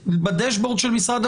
בדש בורד של משרד הבריאות.